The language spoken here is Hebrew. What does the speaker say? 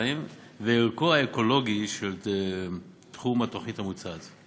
בירושלים וערכו האקולוגי של תחום התוכנית המוצעת.